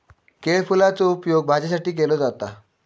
केळफुलाचो उपयोग भाजीसाठी केलो जाता